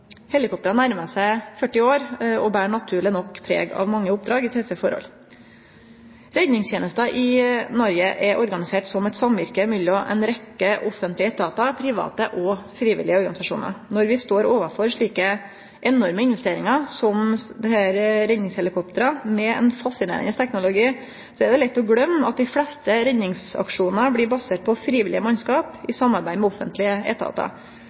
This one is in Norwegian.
nærmar seg 40 år og ber naturleg nok preg av mange oppdrag under tøffe forhold. Redningstenesta i Noreg er organisert som eit samvirke mellom ei rekkje offentlege etatar og private og frivillige organisasjonar. Når vi står overfor slike enorme investeringar som desse redningshelikoptra, med fascinerande teknologi, er det lett å gløyme at dei fleste redningsaksjonane blir baserte på frivillige mannskap i samarbeid med offentlege etatar.